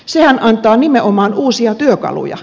sehän antaa nimenomaan uusia työkaluja